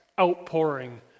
outpouring